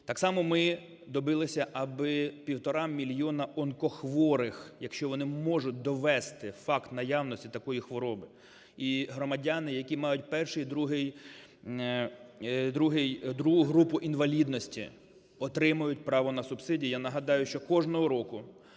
Так само ми добилися, аби півтора мільйона онкохворих, якщо вони можуть довести факт наявності такої хвороби, і громадяни, які мають І і ІІ групу інвалідності, отримають право на субсидії. Я нагадаю, що кожного року